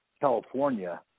California